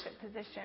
position